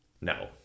no